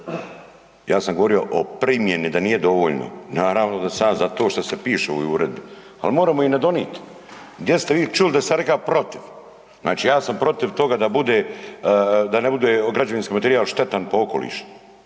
Ja sam govorio o primjeni, da nije dovoljno. Naravno da sam ja za to što se piše u ovoj uredbi, ali moremo je i ne donit. Gdje ste vi čuli da sam ja rekao protiv? Znači ja sam protiv toga da bude, da ne bude građevinski materijal štetan po okoliš.